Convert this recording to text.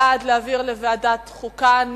בעד: להעביר לוועדת החוקה,